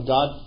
God